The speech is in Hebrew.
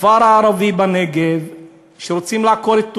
הכפר הערבי בנגב שרוצים לעקור את תושביו,